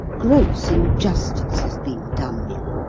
gross injustice has been done me.